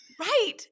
Right